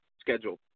schedule